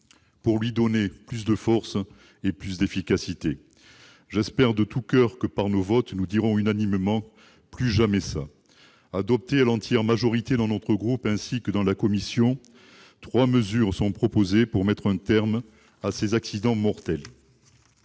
pour lui donner plus de force et d'efficacité. J'espère de tout coeur que, par nos votes, nous dirons unanimement :« Plus jamais ça !». Adoptées à l'entière majorité par notre groupe ainsi qu'au sein de la commission, trois mesures visent à mettre un terme à ces accidents mortels